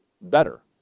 better